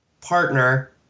partner